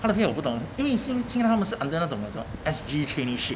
他的 pay 我不懂因为是听他们是 under 那种什么 S_G traineeship